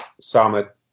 Summit